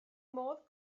modd